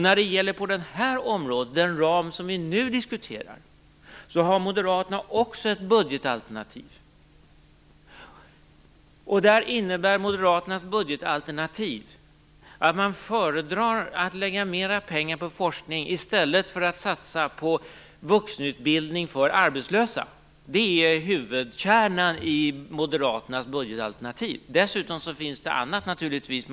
När det gäller det här området och den ram som vi nu diskuterar har moderaterna också ett budgetalternativ. Det innebär att man föredrar att lägga mer pengar på forskning i stället för att satsa på vuxenutbildning för arbetslösa. Det är kärnan i moderaternas budgetalternativ. Det innehåller naturligtvis annat också.